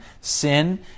sin